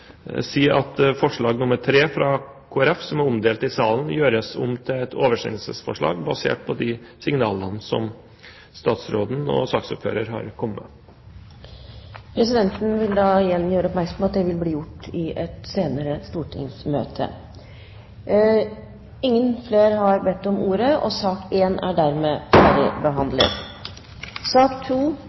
si at forslag nr. 3, fra Kristelig Folkeparti, som er omdelt i salen, gjøres om til et oversendelsesforslag, basert på de signalene som statsråden og saksordføreren har kommet med. Presidenten vil igjen gjøre oppmerksom på at det vil bli gjort i et senere stortingsmøte. Flere har ikke bedt om ordet til sak